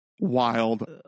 Wild